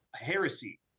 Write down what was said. Heresy